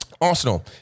Arsenal